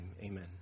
Amen